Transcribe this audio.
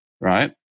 right